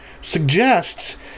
suggests